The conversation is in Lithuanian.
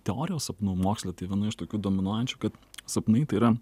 teorijos sapnų moksle tai viena iš tokių dominuojančių kad sapnai tai yra